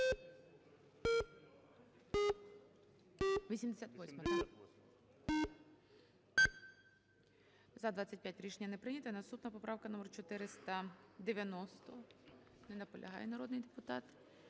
За-25 Рішення не прийнято. Наступна поправка номер 490. Не наполягає народний депутат.